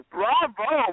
Bravo